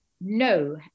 No